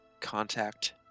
contact